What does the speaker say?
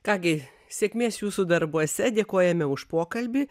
ką gi sėkmės jūsų darbuose dėkojame už pokalbį